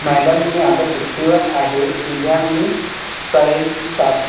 madam मी आता सुट्टीवर आहे उद्या मी करेन साफ